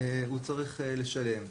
הוא צריך לשלם.